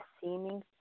seeming